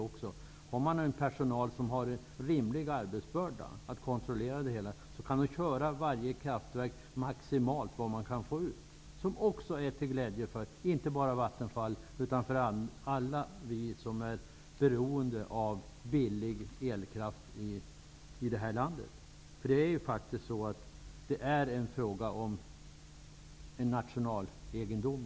Med en personal som har en rimlig arbetsbörda och som kan kontrollera verksamheten kan varje kraftverk köras med maximal effekt, vilket är till glädje inte bara för Vattenfall utan för alla oss som är beroende av billig elkraft i vårt land. Det är här faktiskt fråga om en nationalegendom.